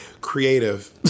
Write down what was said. creative